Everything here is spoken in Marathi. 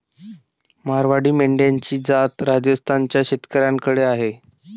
मारवाडी मेंढ्यांची जात राजस्थान च्या शेतकऱ्याकडे आहे